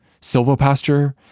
silvopasture